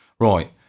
right